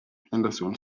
henderson